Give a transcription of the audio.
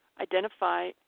identify